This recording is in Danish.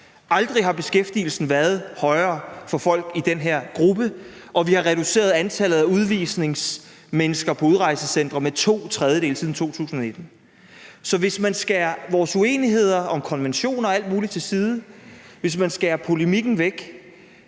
aldrig har beskæftigelsen været højere for folk i den her gruppe, og at vi har reduceret antallet af udviste mennesker på udrejsecentre med to tredjedele siden 2019. Så hvis man skærer vores uenigheder om konventioner og alt muligt til side, og hvis man skærer polemikken væk,